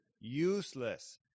useless